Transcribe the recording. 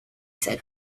said